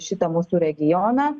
šitą mūsų regioną